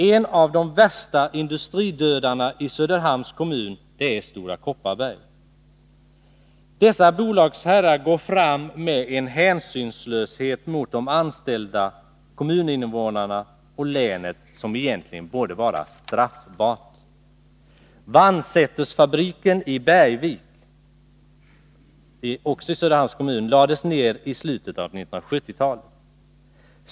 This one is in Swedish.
En av de värsta ”industridödarna” i Söderhamns kommun är Stora Kopparberg. Dess bolagsherrar går fram med en hänsynslöshet mot de anställda, kommuninvånarna och länet som egentligen borde vara straffbar. Vänsättersfabriken i Bergvik i Söderhamns kommun lades ned i slutet av 1970-talet.